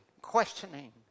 questioning